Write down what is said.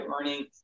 earning